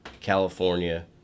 California